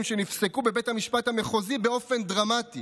שנפסקו בבית המשפט המחוזי באופן דרמטי